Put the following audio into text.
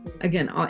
Again